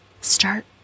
start